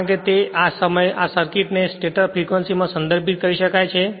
કારણ કે તે સમયે આ સર્કિટને સ્ટેટર ફ્રેક્વંસી માં સદર્ભિત કરી શકાય છે